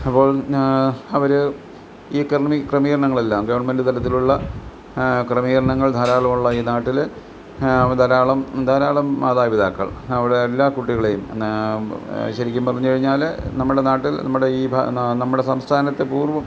അപ്പോൾ അവർ ഈ ക്രമീകരണങ്ങൾ എല്ലാം ഗവൺമെൻ്റ് തലത്തിലുള്ള ക്രമീകരണങ്ങൾ ധാരാളം ഉള്ള ഈ നാട്ടിൽ ധാരാളം ധാരാളം മാതാപിതാക്കൾ അവിടെ എല്ലാ കുട്ടികളെയും ശരിക്കും പറഞ്ഞു കഴിഞ്ഞാൽ നമ്മുടെ നാട്ടിൽ നമ്മുടെ ഈ നമ്മുടെ സംസ്ഥാനത്ത് പൂർവ്വം